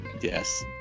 Yes